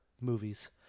movies